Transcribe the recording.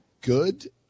good